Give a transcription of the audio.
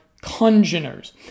congeners